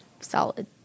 solid